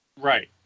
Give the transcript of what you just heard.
Right